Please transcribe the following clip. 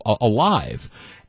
alive